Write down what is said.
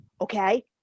okay